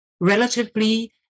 relatively